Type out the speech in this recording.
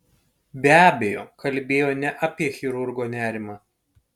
be abejo kalbėjo ne apie chirurgo nerimą